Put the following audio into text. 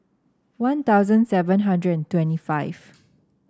One Thousand seven hundred and twenty five